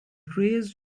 raised